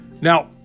Now